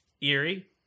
Eerie